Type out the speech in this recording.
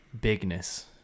bigness